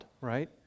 right